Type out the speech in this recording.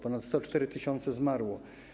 Ponad 104 tys. zmarło.